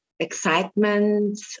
excitement